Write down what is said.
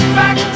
back